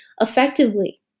effectively